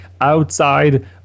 outside